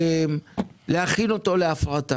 השאלה שלי היא לגבי ההערכה.